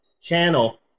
channel